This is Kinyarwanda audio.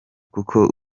kuko